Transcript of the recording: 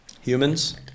humans